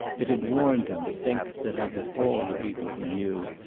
it had warmed him to think that, out of all the people he knew,